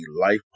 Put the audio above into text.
life